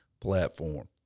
platform